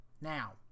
Now